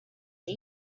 you